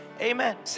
Amen